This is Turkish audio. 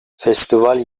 festival